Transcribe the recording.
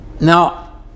Now